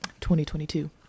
2022